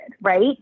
Right